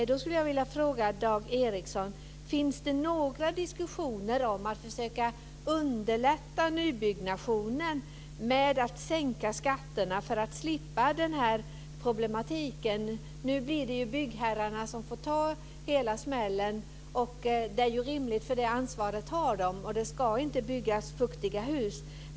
Jag skulle vilja fråga Dag Ericson: Finns det några diskussioner om att försöka underlätta nybyggnationen med att sänka skatterna för att slippa den här problematiken? Nu blir det byggherrarna som får ta hela smällen. Det är rimligt, för det ansvaret har de. Det ska inte byggas hus med fuktproblem.